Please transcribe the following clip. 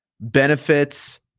benefits